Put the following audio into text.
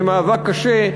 במאבק קשה,